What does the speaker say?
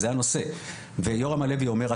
זה הנושא ויורם הלוי אומר,